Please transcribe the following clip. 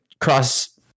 cross